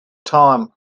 time